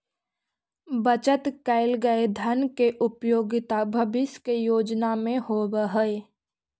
बचत कैल गए धन के उपयोगिता भविष्य के योजना में होवऽ हई